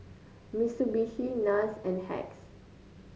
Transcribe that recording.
Mitsubishi NARS and Hacks